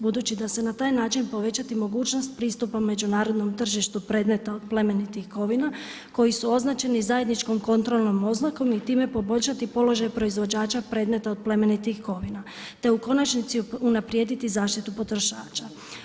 Budući da će se na taj način povećati mogućnost pristupa međunarodnim tržištu predmeta od plemenitih kovina koji su označeni zajedničkom kontrolnom oznakom i time poboljšati položaj proizvođača predmeta od plemenitih kovina te u konačnici unaprijediti zaštitu potrošača.